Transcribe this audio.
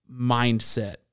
mindset